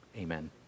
Amen